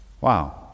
Wow